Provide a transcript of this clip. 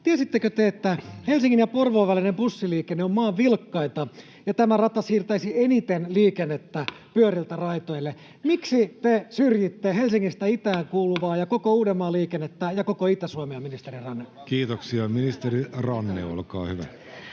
Tiesittekö te, että Helsingin ja Porvoon välinen bussiliikenne on maan vilkkainta ja tämä rata siirtäisi eniten liikennettä pyöriltä raiteille? Miksi te syrjitte Helsingistä itään kulkevaa ja koko Uudenmaan liikennettä ja koko Itä-Suomea, ministeri Ranne? [Speech 104] Speaker: Jussi Halla-aho